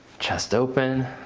chest open.